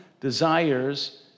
desires